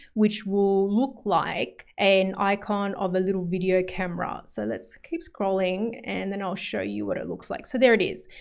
which will look like an icon of a little video camera. so let's keep scrolling and then i'll show you what it looks like. so there it is.